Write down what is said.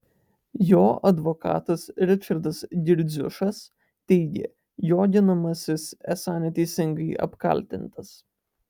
jo advokatas ričardas girdziušas teigė jo ginamasis esą neteisingai apkaltintas